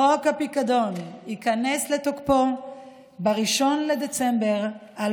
חוק הפיקדון ייכנס לתוקפו ב-1 בדצמבר 2021,